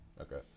Okay